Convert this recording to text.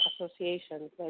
associations